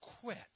quit